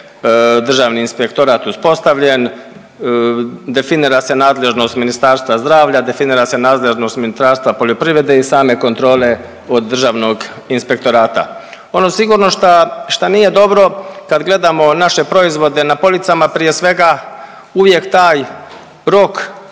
državni inspektorat uspostavljen, definira se nadležnost Ministarstva zdravlja, definira se nadležnost Ministarstva poljoprivrede i same kontrole od državnog inspektorata. Ono sigurno šta, šta nije dobro, kad gledamo naše proizvode na policama prije svega uvijek taj rok